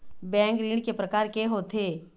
Bank ऋण के प्रकार के होथे?